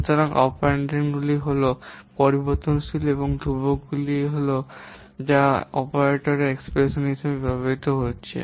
সুতরাং অপারেন্ডগুলি হল সেই পরিবর্তনশীল এবং ধ্রুবকগুলি যা অপারেটরে এক্সপ্রেশন হিসাবে ব্যবহৃত হচ্ছে